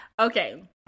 Okay